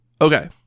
Okay